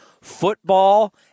football